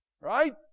Right